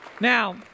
Now